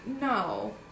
no